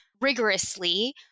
rigorously